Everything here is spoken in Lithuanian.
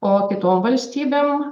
o kitom valstybėm